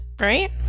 Right